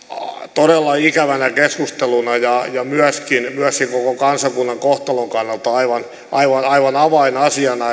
todella ikävä keskusteluna ja tätä myöskin koko kansakunnan kohtalon kannalta aivan aivan avainasiana